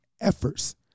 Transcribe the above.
efforts